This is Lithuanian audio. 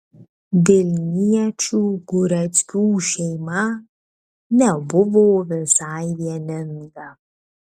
vilniečių gureckių šeima nebuvo visai vieninga